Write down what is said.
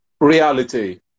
Reality